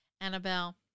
Annabelle